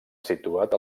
situat